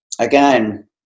again